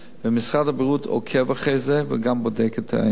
ומשרד הבריאות עוקב אחרי זה וגם בודק את העניין.